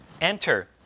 enter